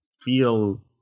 feel